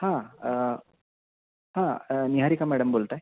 हां हां निहारिका मॅडम बोलत आहेत